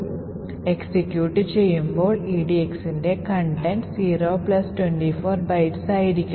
G2 execute ചെയ്യുമ്പോൾ edxന്റെ contents 0 24 bytes ആയിരിക്കും